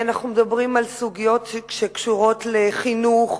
אנחנו מדברים על סוגיות שקשורות לחינוך,